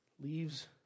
Leaves